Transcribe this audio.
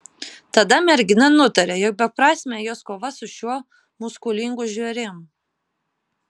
tada mergina nutarė jog beprasmė jos kova su šiuo muskulingu žvėrim